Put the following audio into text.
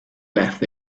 left